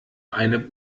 eine